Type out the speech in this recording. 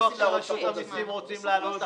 לא בטוח שרשות המסים רוצה להרוג את החוק הזה.